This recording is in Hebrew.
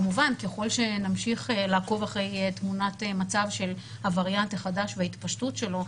כמובן ככל שנמשיך לעקוב אחרי תמונת מצב של הווריאנט החדש וההתפשטות שלו,